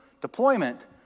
deployment